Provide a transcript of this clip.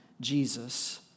Jesus